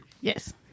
Yes